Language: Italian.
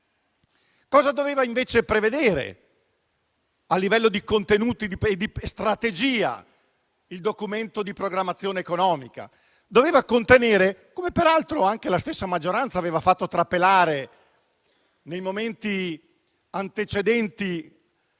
dovuto invece prevedere, a livello di contenuti e di strategia, il Documento di programmazione economica? Come peraltro la stessa maggioranza aveva fatto trapelare nei momenti antecedenti